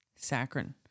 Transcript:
Saccharin